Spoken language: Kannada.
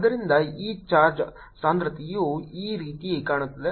ಆದ್ದರಿಂದ ಈ ಚಾರ್ಜ್ ಸಾಂದ್ರತೆಯು ಈ ರೀತಿ ಕಾಣುತ್ತದೆ